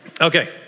Okay